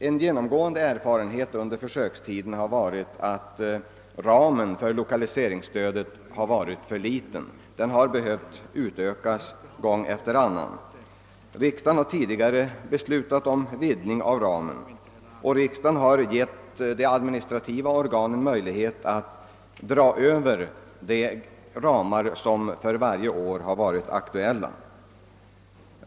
En genomgående erfarenhet under försökstiden har varit att ramen för lokaliseringsstödet varit för snäv. Den har behövt utökas. Riksdagen har tidigare beslutat om vidgningar av ramen, och därtill givit de administrativa organen möjlighet att dra över de ramar som för varje år har gällt.